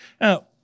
Now